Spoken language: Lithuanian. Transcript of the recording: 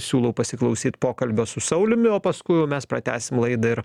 siūlau pasiklausyt pokalbio su sauliumi o paskui jau mes pratęsim laidą ir